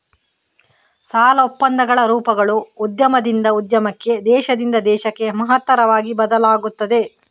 ಸಾಲ ಒಪ್ಪಂದಗಳ ರೂಪಗಳು ಉದ್ಯಮದಿಂದ ಉದ್ಯಮಕ್ಕೆ, ದೇಶದಿಂದ ದೇಶಕ್ಕೆ ಮಹತ್ತರವಾಗಿ ಬದಲಾಗುತ್ತವೆ